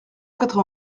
quatre